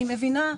אני מבינה.